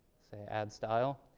say add style,